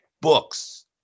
books